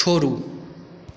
छोड़ू